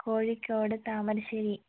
Kozhikode Thamarassery